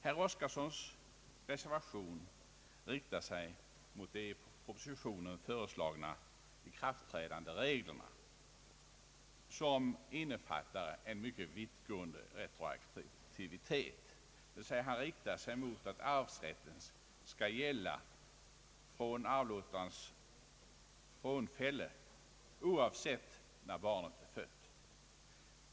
Herr Oskarsons reservation riktar sig endast mot de i propositionen föreslagna ikraftträdandereglerna, som innefattar en mycket vittgående retroaktivitet. Han riktar sig alltså mot att arvsrätten skall gälla från arvlåtarens frånfälle, oavsett när barnet fötts.